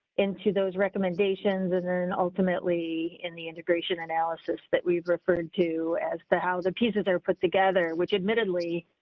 into those recommendations, and then ultimately, in the integration analysis that we have referred to as the, how the pieces are put together, which admittedly.